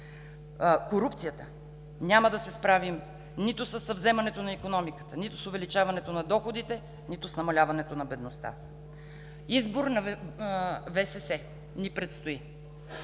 корупцията, няма да се справим нито със съвземането на икономиката, нито с увеличаването на доходите, нито с намаляването на бедността. Избор на ВСС ни предстои.